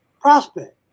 prospect